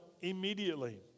immediately